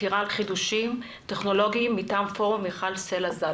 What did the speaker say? סקירה על חידושים טכנולוגיים מטעם פורום מיכל סלע ז"ל.